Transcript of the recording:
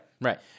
Right